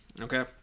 Okay